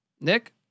Nick